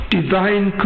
divine